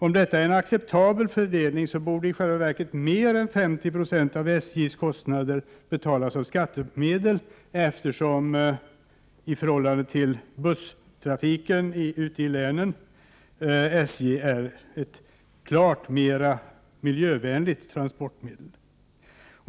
Om detta är en acceptabel fördelning borde i själva verket mer än 50 20 av SJ:s kostnader betalas med skattemedel, eftersom tåget i förhållande till bussen ute i länen är ett klart mer miljövänligt transportmedel.